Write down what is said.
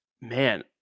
man